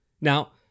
Now